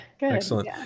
excellent